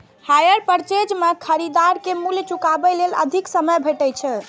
hire purchase मे खरीदार कें मूल्य चुकाबै लेल अधिक समय भेटै छै